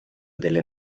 delle